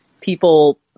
people